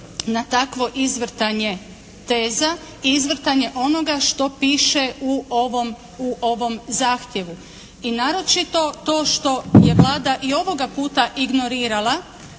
na takvo izvrtanje teza i izvrtanje onoga što piše u ovom zahtjevu. I naročito to što je Vlada i ovoga puta ignorirala